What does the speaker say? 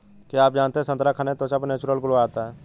क्या आप जानते है संतरा खाने से त्वचा पर नेचुरल ग्लो आता है?